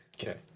Okay